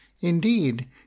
indeed